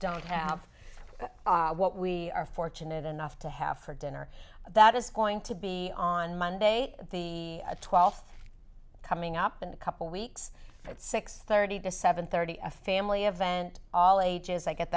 don't have what we are fortunate enough to have for dinner that is going to be on monday the twelfth coming up in a couple weeks at six thirty to seven thirty a family event all ages i get